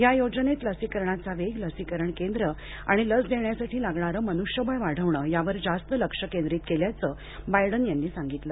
या योजनेमध्ये लसीकरणाचा वेग लसीकरण केंद्रे आणि लस देण्यासाठी लागणारं मनुष्यबळ वाढवणं यावर जास्त लक्ष केंद्रित केल्याचं बायडन यांनी सांगितलं